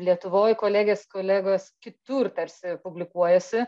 lietuvoj kolegės kolegos kitur tarsi publikuojasi